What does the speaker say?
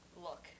look